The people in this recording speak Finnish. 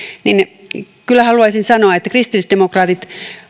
ja kyllä haluaisin sanoa että kristillisdemokraatit